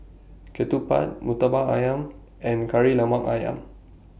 Ketupat Murtabak Ayam and Kari Lemak Ayam